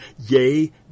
Yea